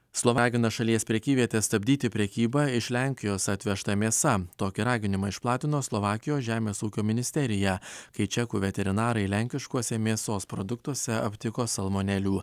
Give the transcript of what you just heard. slovakija ragina šalies prekyvietę stabdyti prekybą iš lenkijos atvežta mėsa tokį raginimą išplatino slovakijos žemės ūkio ministerija kai čekų veterinarai lenkiškuose mėsos produktuose aptiko salmonelių